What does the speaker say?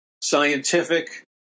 scientific